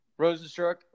Rosenstruck